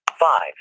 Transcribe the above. five